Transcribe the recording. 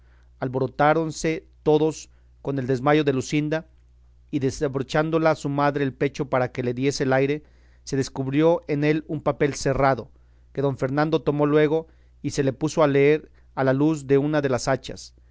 celos alborotáronse todos con el desmayo de luscinda y desabrochándole su madre el pecho para que le diese el aire se descubrió en él un papel cerrado que don fernando tomó luego y se le puso a leer a la luz de una de las hachas